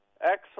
Excellent